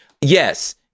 Yes